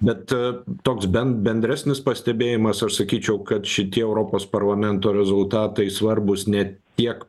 bet toks ben bendresnis pastebėjimas aš sakyčiau kad šitie europos parlamento rezultatai svarbūs ne tiek